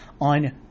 on